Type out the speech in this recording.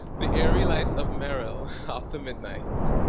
the eerie lights of merrell after midnight.